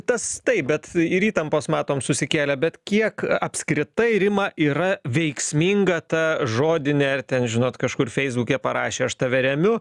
tas taip bet ir įtampos matom susikėlę bet kiek apskritai rima yra veiksminga ta žodinė ar ten žinot kažkur feisbuke parašė aš tave remiu